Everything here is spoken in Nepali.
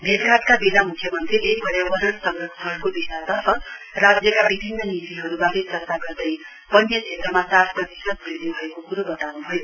भेटघाटका वेला म्ख्यमन्त्रीले पर्यावरण संरक्षणको दिशातर्फ राज्यका विभिन्न नीतिहरुवारे चर्चा गर्दै वन्य क्षेत्रमा चार प्रतिशत वृध्दि भएको क्रो वताउन् भयो